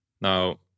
Now